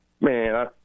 Man